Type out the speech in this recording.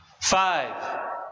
Five